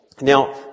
Now